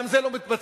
גם זה לא מתבצע.